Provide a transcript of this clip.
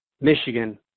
Michigan